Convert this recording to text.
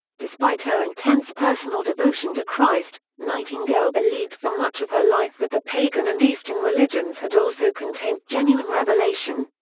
despite her intense personal devotion to christ, nightingale believed for much of her life that the pagan and eastern religions had also contained genuine revelation.